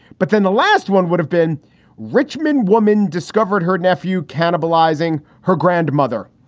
but then the last one would have been richman woman discovered her nephew cannibalizing her grandmother.